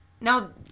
Now